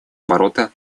оборота